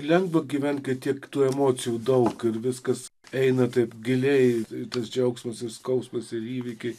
lengva gyvent kai tiek tų emocijų daug ir viskas eina taip giliai tas džiaugsmas ir skausmas ir įvykiai